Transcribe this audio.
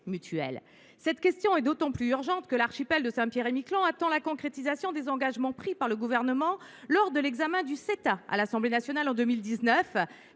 mutuel. Cette question est d’autant plus urgente que l’archipel de Saint Pierre et Miquelon attend la concrétisation des engagements pris par le Gouvernement lors de l’examen du Ceta – l’accord économique et